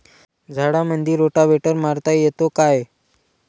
झाडामंदी रोटावेटर मारता येतो काय?